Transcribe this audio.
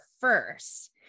first